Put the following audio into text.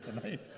tonight